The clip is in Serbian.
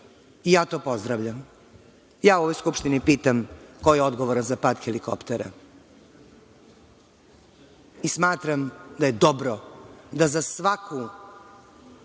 Ja to pozdravljam. Ja u ovoj Skupštini pitam ko je odgovoran za pad helikoptera i smatram da je dobro da za svaku